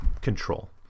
control